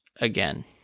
again